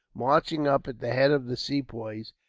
marching up at the head of the sepoys,